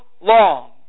long